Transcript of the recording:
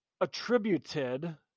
attributed